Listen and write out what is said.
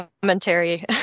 commentary